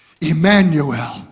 Emmanuel